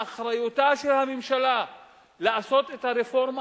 באחריותה של הממשלה לעשות את הרפורמה